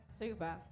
Super